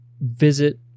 Visit